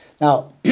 Now